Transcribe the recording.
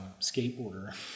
skateboarder